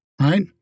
right